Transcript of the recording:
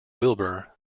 wilbur